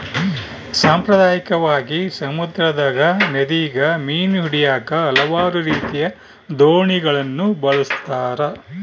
ಸಾಂಪ್ರದಾಯಿಕವಾಗಿ, ಸಮುದ್ರದಗ, ನದಿಗ ಮೀನು ಹಿಡಿಯಾಕ ಹಲವಾರು ರೀತಿಯ ದೋಣಿಗಳನ್ನ ಬಳಸ್ತಾರ